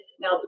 Now